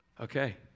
Okay